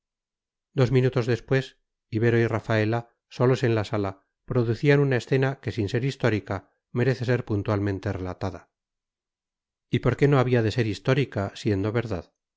dos minutos después ibero y rafaela solos en la sala producían una escena que sin ser histórica merece ser puntualmente relatada y por qué no había de ser histórica siendo verdad